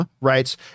writes